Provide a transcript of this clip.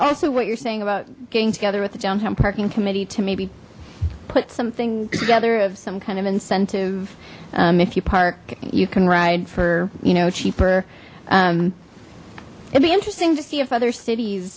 also what you're saying about getting together with the downtown parking committee to maybe put something together of some kind of incentive if you park you can ride for you know cheaper it'd be interesting to see if other cities